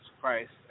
Christ